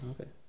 Okay